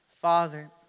Father